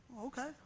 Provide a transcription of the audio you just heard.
Okay